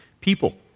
People